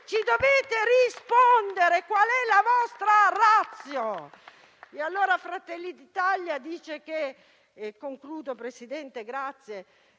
Ci dovete rispondere. Qual è la vostra *ratio*?